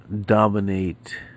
dominate